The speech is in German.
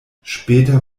später